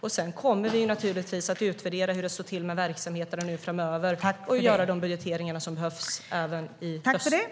Vi kommer naturligtvis att utvärdera verksamheterna framöver och göra de budgeteringar som behövs även i höst.